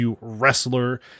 wrestler